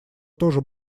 тоже